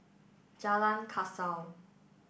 Jalan Kasau